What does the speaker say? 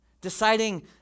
Deciding